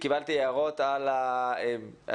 קיבלתי הערות על הכותרת,